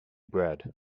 bread